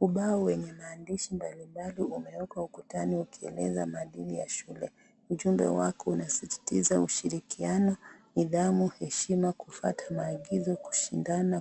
Ubao wenye maandishi mbalimbali umewekwa ukutanini ukieleza maadili ya shule ujumbe wake unasisitiza ushirikiano ,nidhamu ,heshima ,kufuata maagizo